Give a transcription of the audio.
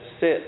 sit